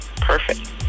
Perfect